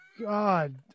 God